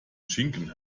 schinken